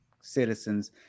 citizens